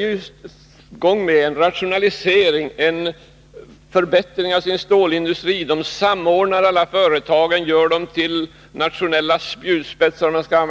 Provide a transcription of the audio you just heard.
i gång med att rationalisera och förbättra sin stålindustri. De samordnar alla företagen, gör dem till ”nationella spjutspetsar” för exporten.